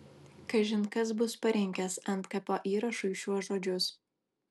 kažin kas bus parinkęs antkapio įrašui šiuos žodžius